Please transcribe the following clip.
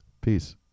Peace